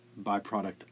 byproduct